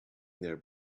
their